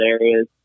areas